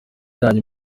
byanyu